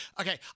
Okay